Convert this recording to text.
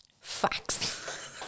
Facts